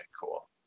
cool